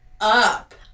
up